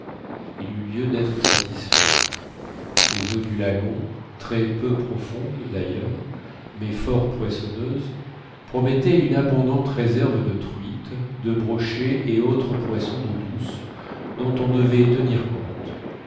il eut lieu d'être satisfait les eaux du lagon très peu profondes d'ailleurs mais fort poissonneuses promettaient une abondante réserve de truites de brochets et autres poissons d'eau douce dont on devait tenir compte